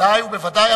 בוודאי ובוודאי,